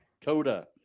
Coda